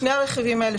שני הרכיבים האלה,